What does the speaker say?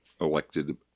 elected